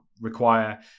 require